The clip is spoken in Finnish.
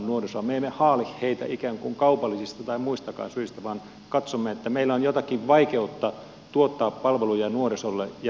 me emme haali heitä ikään kuin kaupallisista tai muistakaan syistä vaan katsomme että meillä on jotakin vaikeutta tuottaa palveluja nuorisolle ja mennään siihen